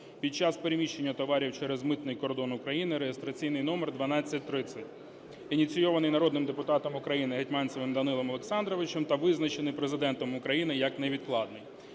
під час переміщення товарів через митний кордон України, (реєстраційний номер 1230), ініційований народним депутатом України Гетманцевим Данилом Олександровичем та визначений Президентом України як невідкладний.